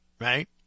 right